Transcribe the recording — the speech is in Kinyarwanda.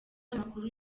amakuru